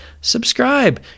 Subscribe